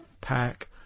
pack